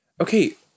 Okay